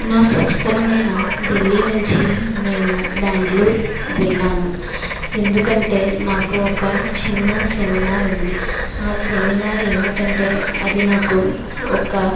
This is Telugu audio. నా స్వస్థలమైన ఢిల్లీ నుంచి నేను బెంగళూరు వెళ్ళాను ఎందుకంటే నాకు ఒక చిన్న సెమినార్ ఉంది ఆ సెమినార్ ఏమిటంటే అది నాకు ఒక